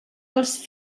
dels